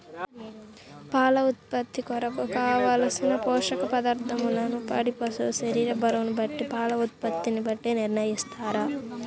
పాల ఉత్పత్తి కొరకు, కావలసిన పోషక పదార్ధములను పాడి పశువు శరీర బరువును బట్టి పాల ఉత్పత్తిని బట్టి నిర్ణయిస్తారా?